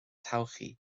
todhchaí